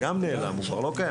גם זה נעלם, הוא לא קיים